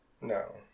No